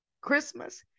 Christmas